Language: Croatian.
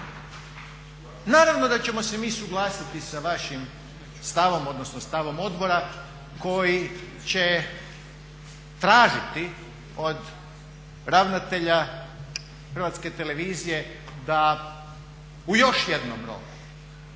Naravno da ćemo se mi suglasiti sa vašim stavom, odnosno stavom odbora koji će tražiti od ravnatelja Hrvatske televizije da u još jednom roku